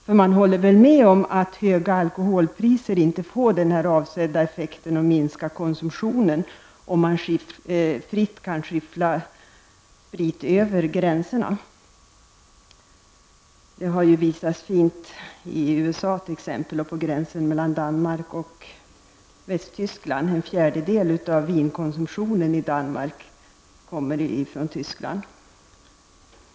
För man håller väl med om att höga alkoholpriser inte får den avsedda effekten att minska konsumtionen om man fritt kan skyffla sprit över gränserna. Det har visats tydligt i t.ex. USA och vid gränsen mellan Danmark och Västtyskland. En fjärdedel av det vin som konsumeras i Danmark kommer från Tyskland.